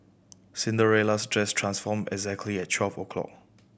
Cinderella's dress transformed exactly at twelve o'clock